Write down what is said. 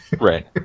right